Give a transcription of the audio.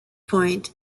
point